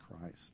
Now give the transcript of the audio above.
Christ